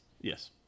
Yes